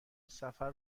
سفر